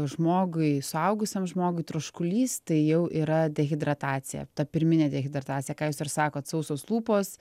žmogui suaugusiam žmogui troškulys tai jau yra dehidratacija ta pirminė dehidratacija ką jūs ir sakot sausos lūpos